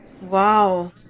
Wow